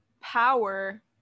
power